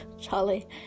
charlie